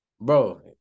Bro